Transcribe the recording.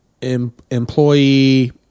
employee